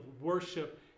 worship